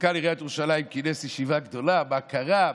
ומנכ"ל עיריית ירושלים כינס ישיבה גדולה: מה קרה,